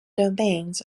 domains